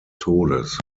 todes